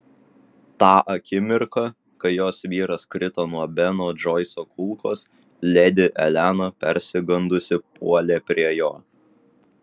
tą akimirką kai jos vyras krito nuo beno džoiso kulkos ledi elena persigandusi puolė prie jo